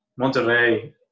Monterrey